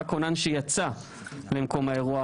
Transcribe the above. רק כונן שיצא למקום האירוע,